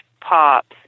pops